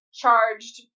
charged